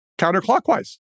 counterclockwise